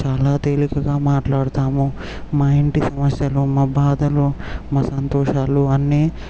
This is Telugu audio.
చాలా తేలికగా మాట్లాడతాము మా ఇంటి సమస్యలు మా బాధలు మా సంతోషాలు అన్నీ